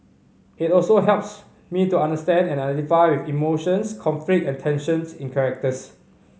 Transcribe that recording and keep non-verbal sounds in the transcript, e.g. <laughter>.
it also helps me to understand and identify with emotions conflict and tensions in <unintelligible>